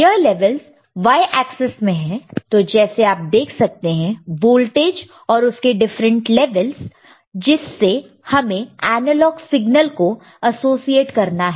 यह levels y axis में है तो जैसे आप देख सकते हैं वोल्टेज और उसके डिफरेंट लेवल्स जिससे हमें एनालॉग सिग्नल को एसोसिएट करना है